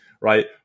right